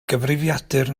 gyfrifiadur